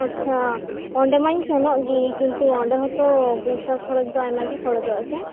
ᱟᱪᱪᱦᱟ ᱚᱸᱰᱮ ᱢᱟᱧ ᱥᱮᱱᱚᱜ ᱜᱮ ᱠᱤᱱᱛᱩ ᱚᱸᱰᱮ ᱦᱚᱸᱛᱚ ᱯᱩᱭᱥᱟᱹ ᱠᱷᱚᱨᱚᱪ ᱫᱚ ᱚᱭᱢᱟᱜᱮ ᱠᱷᱚᱨᱚᱪᱚᱜᱼᱟ ᱥᱮ